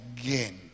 again